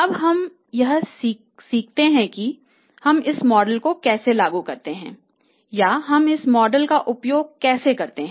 अब हमें यह सीखना है कि हम इस मॉडल को कैसे लागू करते हैं या हम इस मॉडल का उपयोग कैसे करते हैं